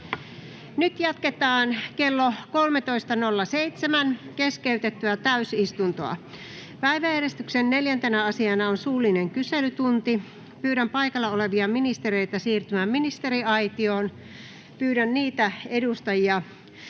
Nyt jatketaan kello 13.07 keskeytettyä täysistuntoa. Päiväjärjestyksen 4. asiana on suullinen kyselytunti. Pyydän paikalla olevia ministereitä siirtymään ministeriaitioon. Pyydän niitä edustajia,